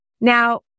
Now